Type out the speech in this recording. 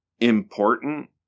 important